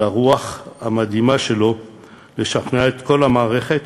על הרוח המדהימה שלו בלשכנע את כל המערכת.